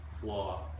flaw